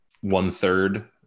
one-third